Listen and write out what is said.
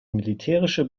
militärische